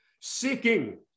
seeking